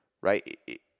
right